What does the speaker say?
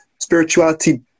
spirituality